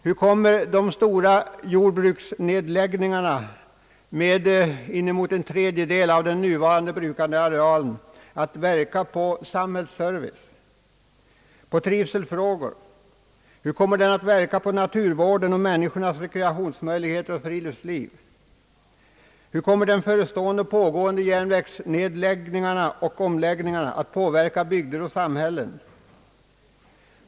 Hur kommer jordbruksnedläggningarna — inemot en tredjedel av den nu brukade arealen — att verka på samhällsservice, på trivelsfrågor? Hur kommer den att verka på naturvården och på människornas möjligheter till rekreation och friluftsliv? Hur kommer den förestående och pågående nedläggningen och omläggningen av järnvägar att påverka bygder och samhällen?